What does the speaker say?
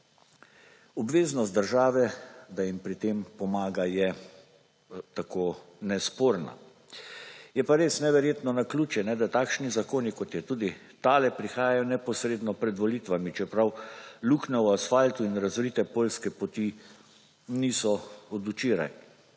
Obveznost države, da jim pri tem pomaga je tako nesporna. Je pa res neverjetno naključje, da takšni zakoni, kot je tudi tale, prihajajo neposredno pred volitvami, čeprav luknja v asfaltu in razrite poljske poti niso od včeraj.